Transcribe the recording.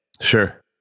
Sure